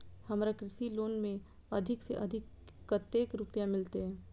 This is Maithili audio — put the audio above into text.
हमरा कृषि लोन में अधिक से अधिक कतेक रुपया मिलते?